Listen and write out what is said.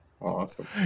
Awesome